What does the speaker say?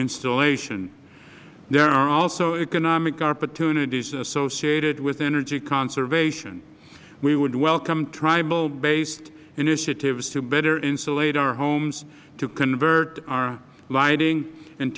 installation there are also economic opportunities associated with energy conservation we would welcome tribal based initiatives to better insulate our homes to convert our lighting and